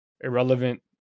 irrelevant